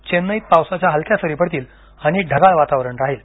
चेन्नईत पावसाच्या हलक्या सरी पडतील आणि ढगाळ वातावरण राहील